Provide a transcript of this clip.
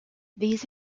these